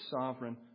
sovereign